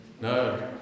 no